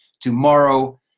tomorrow